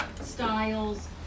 styles